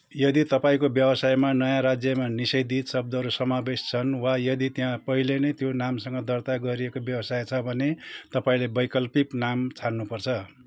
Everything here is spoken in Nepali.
यदि तपाईँँको व्यवसायमा नयाँ राज्यमा निषेधित शब्दहरू समावेश छन् वा यदि त्यहाँ पहिले नै त्यो नामसँग दर्ता गरिएको व्यवसाय छ भने तपाईँँले वैकल्पिक नाम छान्नुपर्छ